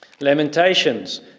Lamentations